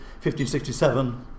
1567